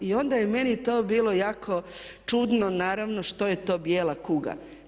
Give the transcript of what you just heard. I onda je meni to bilo jako čudno, naravno što je to bijela kuga.